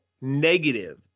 negative